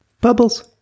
Bubbles